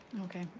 Okay